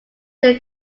their